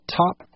top